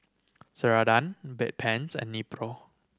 Ceradan Bedpans and Nepro